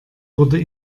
wurde